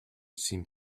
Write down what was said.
seemed